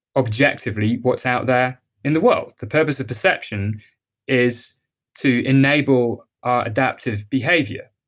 objectively what's out there in the world. the purpose of perception is to enable our adaptive behavior